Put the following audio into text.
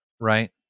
Right